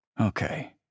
Okay